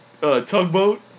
Tugboat